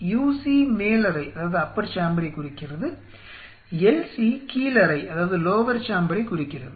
UC மேல் அறையைக் குறிக்கிறது LC கீழ் அறையைக் குறிக்கிறது